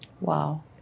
Wow